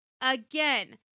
Again